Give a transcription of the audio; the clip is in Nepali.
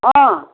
अँ